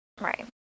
Right